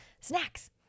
snacks